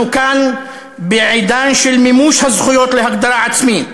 אנחנו כאן בעידן של מימוש הזכויות להגדרה עצמית,